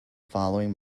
following